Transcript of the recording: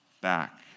back